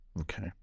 Okay